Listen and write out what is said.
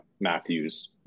Matthews